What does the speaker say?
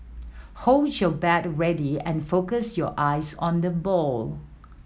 hold your bat ready and focus your eyes on the ball